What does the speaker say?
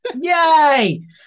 Yay